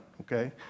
okay